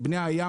בני הים,